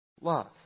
love